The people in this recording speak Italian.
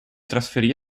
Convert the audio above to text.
trasferì